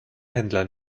händler